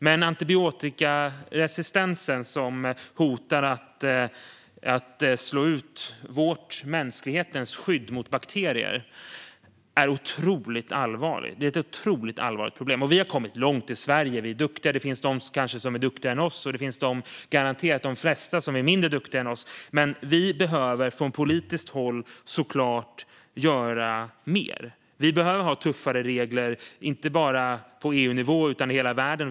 Men antibiotikaresistensen, som hotar att slå ut mänsklighetens skydd mot bakterier, är ett otroligt allvarligt problem. Vi i Sverige har kommit långt, och vi är duktiga. Det finns kanske de som är duktigare än vi, och det finns garanterat de som är mindre duktiga än vi. Men från politiskt håll behöver vi såklart göra mer. Det behövs tuffare regler och inte bara på EU-nivå utan i hela världen.